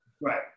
Right